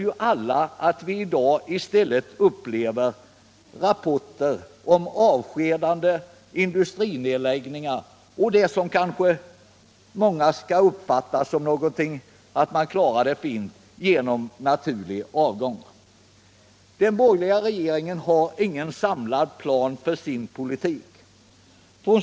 I dag får vi dagligen rapporter om avskedanden och industrinedläggningar. Dessutom talas det mycket om att man klarar krisen med naturlig avgång, något som många uppfattar så att man klarar det fint. Den borgerliga regeringen har ingen samlad plan för sin politik.